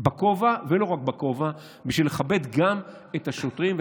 בכובע, ולא רק בכובע, בשביל לכבד גם את השוטרים.